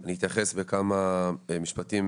אני אתייחס בכמה משפטים